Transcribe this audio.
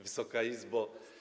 Wysoka Izbo!